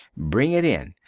bring it in,